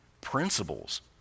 principles